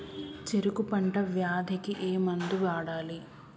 చెరుకు పంట వ్యాధి కి ఏ మందు వాడాలి?